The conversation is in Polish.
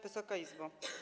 Wysoka Izbo!